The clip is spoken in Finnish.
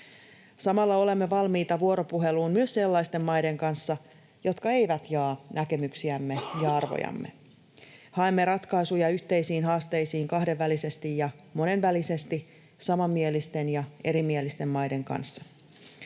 Samalla olemme valmiita vuoropuheluun myös sellaisten maiden kanssa, jotka eivät jaa näkemyksiämme ja arvojamme. Haemme ratkaisuja yhteisiin haasteisiin kahdenvälisesti ja monenvälisesti, samanmielisten ja erimielisten maiden kanssa.